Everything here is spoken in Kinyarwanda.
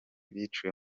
biciwe